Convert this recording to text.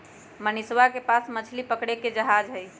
मनीषवा के पास मछली पकड़े के जहाज हई